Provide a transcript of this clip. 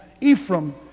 Ephraim